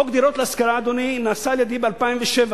חוק דירות להשכרה, אדוני, נעשה על-ידי ב-2007.